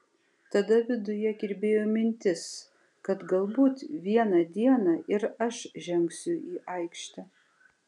tada viduje kirbėjo mintis kad galbūt vieną dieną ir aš žengsiu į aikštę